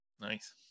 Nice